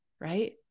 right